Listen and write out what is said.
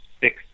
six